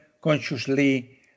consciously